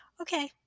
Okay